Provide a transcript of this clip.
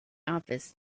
office